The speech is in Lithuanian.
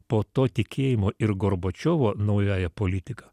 po to tikėjimo ir gorbačiovo naująja politika